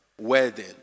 wedding